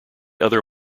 other